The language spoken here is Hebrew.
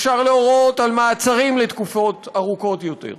אפשר להורות את המעצרים לתקופות ארוכות יותר,